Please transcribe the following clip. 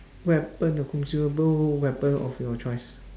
weapon a consumable weapon of your choices